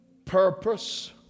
Purpose